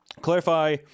Clarify